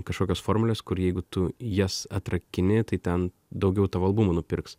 kažkokios formulės kur jeigu tu jas atrakini tai ten daugiau tavo albumų nupirks